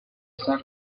son